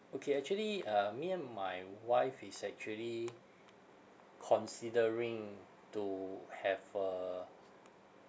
okay actually uh me my wife is actually considering to have uh